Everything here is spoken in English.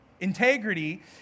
Integrity